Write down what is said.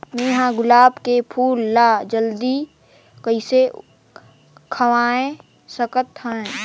मैं ह गुलाब के फूल ला जल्दी कइसे खवाय सकथ हवे?